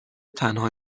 تنها